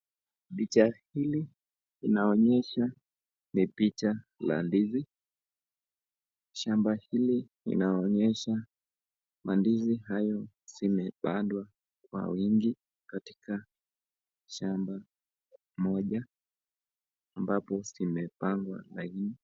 Picha hili linaonyesha ni picha la ndizi, shamba hili linaonyesha mandizi hayo zimependwa kwa wingi, katika shamba moja ambapo zimepangwa laini.